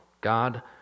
God